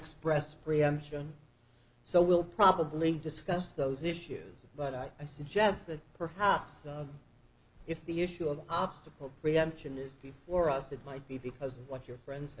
express preemption so we'll probably discuss those issues but i suggest that perhaps if the issue of obstacle preemption is before us it might be because of what your friends